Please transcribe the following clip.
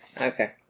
Okay